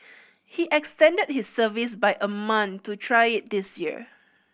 he extended his service by a month to try it this year